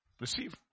receive